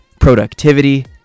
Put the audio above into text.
productivity